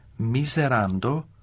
miserando